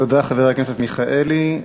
תודה, חבר הכנסת מיכאלי.